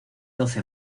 doce